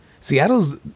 seattle's